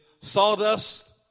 sawdust